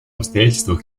обстоятельствах